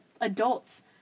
adults